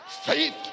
Faith